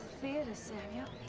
theater, samuel.